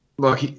Look